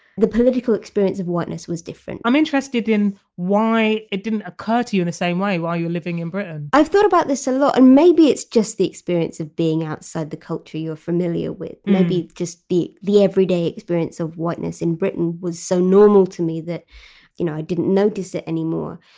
the political experience of whiteness was different i'm interested in why it didn't occur to you in and the same way while you're living in britain i've thought about this a lot. and maybe it's just the experience of being outside the culture you are familiar with. maybe just the the everyday experience of whiteness in britain was so normal to me that you know i didn't notice it anymore.